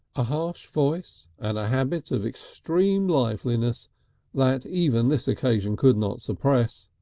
a harsh voice and a habit of extreme liveliness that even this occasion could not suppress